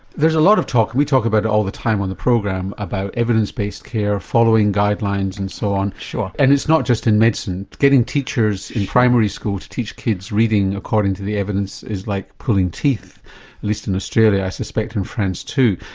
there's a lot of talk and we talk about it all the time on the program about evidence based care, following guidelines and so on and it's not just in medicine. getting teachers in primary schools to teach kids reading according to the evidence is like pulling teeth, at least in australia, i suspect in france too.